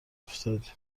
افتادیم